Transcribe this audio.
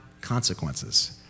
Consequences